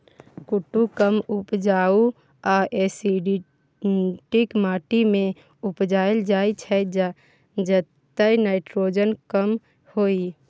कुट्टू कम उपजाऊ आ एसिडिक माटि मे उपजाएल जाइ छै जतय नाइट्रोजन कम होइ